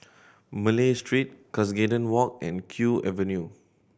Malay Street Cuscaden Walk and Kew Avenue